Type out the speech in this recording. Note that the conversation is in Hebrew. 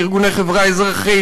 ארגוני חברה אזרחית,